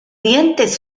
dientes